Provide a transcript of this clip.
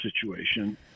situation